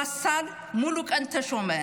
רס"ל מולוקן תשומה,